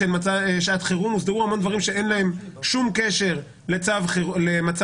לשעת חירום והוסדרו המון דברים שאין להם קשר למצב חירום,